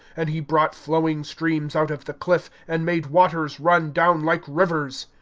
and he brought flowing streams out of the cliff, and made waters run down like rivers.